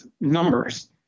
numbers